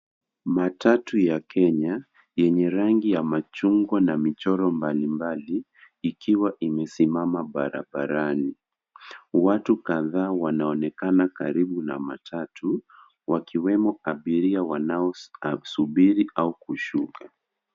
Matatu ya Kenya, yenye rangi ya machungwa na michoro mbalimbali ikiwa imesimama barabarani. Watu kadhaa wanaonekana karibu na matatu, wakiwemo abiria wanaosubiri au kushuka.